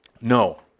No